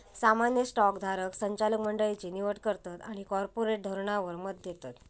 सामान्य स्टॉक धारक संचालक मंडळची निवड करतत आणि कॉर्पोरेट धोरणावर मत देतत